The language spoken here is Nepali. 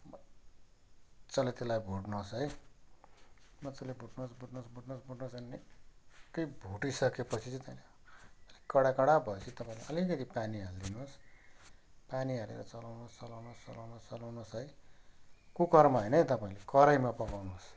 मजाले त्यसलाई भुट्नुहोस् है मजाले भुट्नुहोस् भुट्नुहोस् भुट्नुहोस् भुट्नुहोस् अनि भुटिसकेपछि चाहिँ कडा कडा भएपछि चाहिँ तपाईँले अलिकति पानी हालिदिनुहोस् पानी हालेर चलाउनुहोस् चलाउनुहोस् चलाउनुहोस् चलाउनुहोस् है कुकरमा होइन है तपाईँले कराइमा पकाउनुहोस्